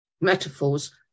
Metaphors